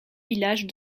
village